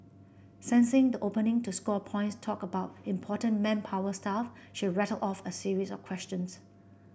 sensing the opening to score points talk about important manpower stuff she rattled off a series of questions